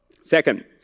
Second